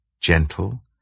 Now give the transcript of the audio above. gentle